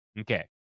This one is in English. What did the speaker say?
Okay